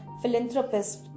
philanthropist